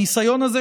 הניסיון הזה,